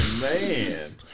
man